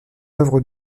œuvre